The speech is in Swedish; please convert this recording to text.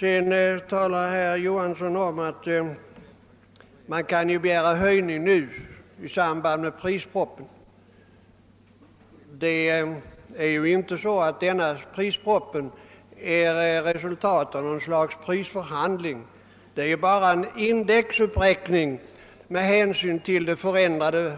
Vidare säger herr Johanson att man kan begära en höjning av priset på jordbrukets produkter i samband med propositionen om jordbrukspriserna i år. Denna proposition är ju inte resultatet av något slags prisförhandling. Det är egentligen bara en fråga om en indexberäkning och justering i gällande avtal med hänsyn till det förändrade